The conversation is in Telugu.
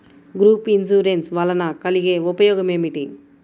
గ్రూప్ ఇన్సూరెన్స్ వలన కలిగే ఉపయోగమేమిటీ?